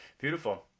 Beautiful